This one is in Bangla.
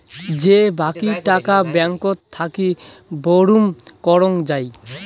যে বাকী টাকা ব্যাঙ্কত থাকি বুরুম করং যাই